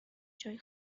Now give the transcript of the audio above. جای